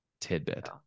tidbit